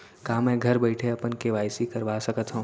का मैं घर बइठे अपन के.वाई.सी करवा सकत हव?